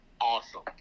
awesome